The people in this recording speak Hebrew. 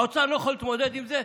האוצר לא יכול להתמודד עם זה?